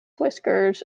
whiskers